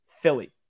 Philly